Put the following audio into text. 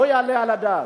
לא יעלה על הדעת.